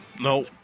no